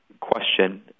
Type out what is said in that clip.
question